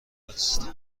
است